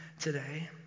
today